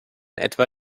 etwa